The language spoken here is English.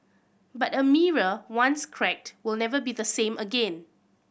but a mirror once cracked will never be the same again